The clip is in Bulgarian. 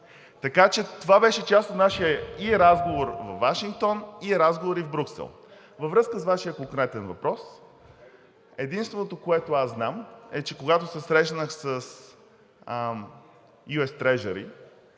Така че това беше част от нашия разговор във Вашингтон и разговор в Брюксел. Във връзка с вашия конкретен въпрос – единственото, което аз знам, е, че когато се срещнах с US Treasury,